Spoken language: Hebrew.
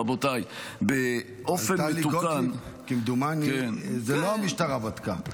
רבותיי --- כמדומני זה לא המשטרה בדקה.